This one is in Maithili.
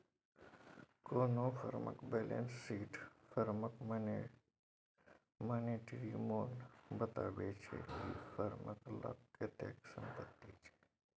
कोनो फर्मक बेलैंस सीट फर्मक मानेटिरी मोल बताबै छै कि फर्मक लग कतेक संपत्ति छै